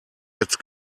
jetzt